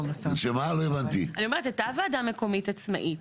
אני אומרת, הייתה וועדה מקומית עצמאית.